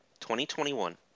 2021